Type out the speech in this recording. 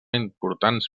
importants